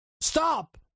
stop